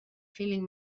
feeling